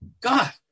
God